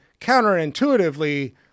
counterintuitively